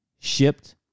shipped